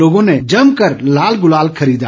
लोगों ने जमकर लाल गुलाल खरीदा